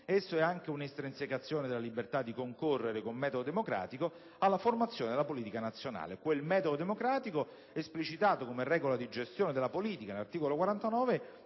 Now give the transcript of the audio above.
esso è anche un'estrinsecazione della libertà di concorrere con metodo democratico alla formazione della politica nazionale. Quel metodo democratico, esplicitato come regola di gestione della politica nell'articolo 49